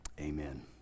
Amen